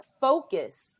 focus